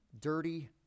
dirty